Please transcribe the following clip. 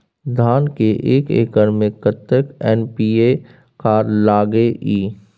धान के एक एकर में कतेक एन.पी.ए खाद लगे इ?